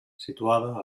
situada